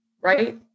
right